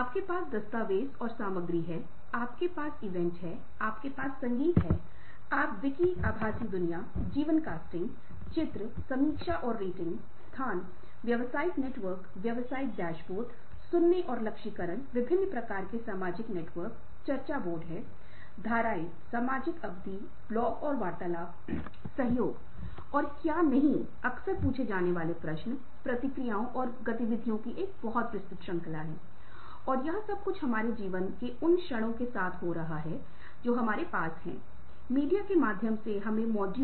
उसके पास शक्ति है शक्ति का एक वैयक्तिकृत चरण न कि शक्ति का एक सामाजिक चरण जिससे दूसरों की प्रतिक्रिया का प्रतिनिधित्व करनेसे और गतिविधियों का समन्वय कर रहा था और उनके माध्यम से काम कर सकता था